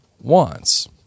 wants